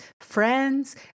friends